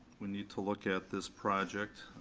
we need to look at this project.